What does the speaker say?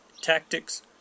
tactics